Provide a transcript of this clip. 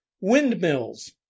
Windmills